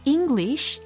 English